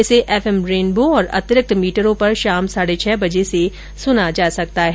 इसे F M Rainbow और अतिरिक्त मीटरों पर शाम साढ़े छह बजे से सुना जा सकता है